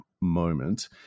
moment